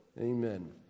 Amen